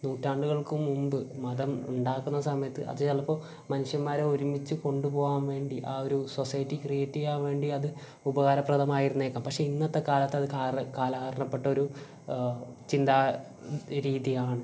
നൂറ്റാണ്ടുകൾക്ക് മുമ്പ് മതം ഉണ്ടാക്കുന്ന സമയത്ത് അത് ചിലപ്പോൾ മനുഷ്യന്മാരെ ഒരുമിച്ച് കൊണ്ട് പോകാൻ വേണ്ടി ആ ഒരു സൊസൈറ്റി ക്രിയേറ്റ് ചെയ്യാൻ വേണ്ടി അത് ഉപകാരപ്രദമായിരുന്നേക്കാം പക്ഷേ ഇന്നത്തെ കാലത്ത് അത് കാലഹരണപ്പെട്ട ഒരു ചിന്താരീതിയാണ്